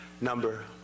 number